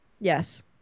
Yes